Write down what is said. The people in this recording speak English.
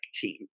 team